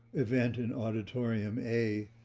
event in auditorium a,